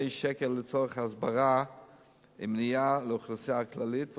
שקל לצורך הסברה ומניעה לאוכלוסייה הכללית,